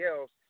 else